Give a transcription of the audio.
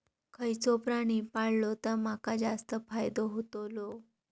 खयचो प्राणी पाळलो तर माका जास्त फायदो होतोलो?